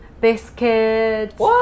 biscuits